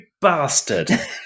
bastard